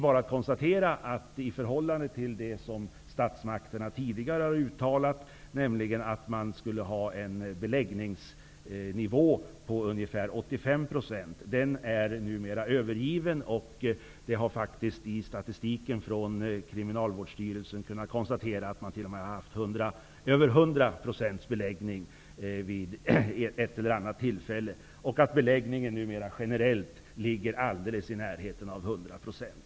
Statsmakterna har tidigare uttalat att beläggningsnivån skulle vara ungefär 85 %. Denna beläggningsnivå är numera övergiven. Kriminalvårdsstyrelsens statistik visar att man t.o.m. har haft över 100 % beläggning vid något tillfälle. Numera är beläggningen generellt närmare 100 %.